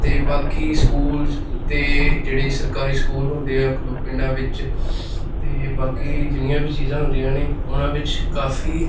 ਅਤੇ ਬਾਕੀ ਸਕੂਲ ਅਤੇ ਜਿਹੜੇ ਸਰਕਾਰੀ ਸਕੂਲ ਹੁੰਦੇ ਆ ਪਿੰਡਾਂ ਵਿੱਚ ਅਤੇ ਬਾਕੀ ਜਿੰਨੀਆਂ ਵੀ ਚੀਜ਼ਾਂ ਹੁੰਦੀਆਂ ਨੇ ਉਹਨਾਂ ਵਿੱਚ ਕਾਫੀ